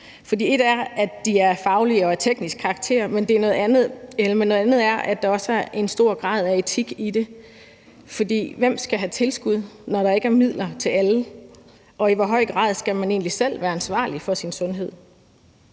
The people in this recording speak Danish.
For et er, at de er af faglig og teknisk karakter. Noget andet er, at der også er en høj grad af etik i det. For hvem skal have tilskud, når der ikke er midler til alle? Og i hvor høj grad skal man egentlig selv være ansvarlig for sin sundhed?